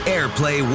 Airplay